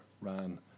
ran